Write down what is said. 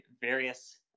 various